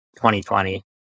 2020